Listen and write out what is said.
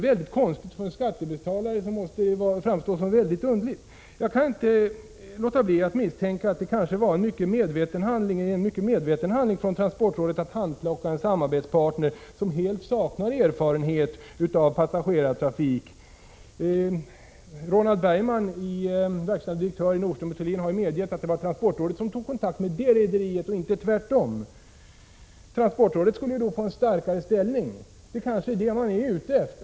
För skattebetalarna måste detta framstå som mycket underligt. Jag kan inte låta bli att misstänka att det kanske var en mycket medveten handling från transportrådet att handplocka en samarbetspartner som helt saknar erfarenhet av passagerartrafik. Ronald Bergman, verkställande direktör i Nordström & Thulin, har ju medgett att det var transportrådet som tog kontakt med detta rederi och inte tvärtom. Transportrådet skulle då få en starkare ställning. Det kanske är detta man är ute efter.